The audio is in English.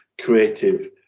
creative